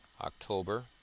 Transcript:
october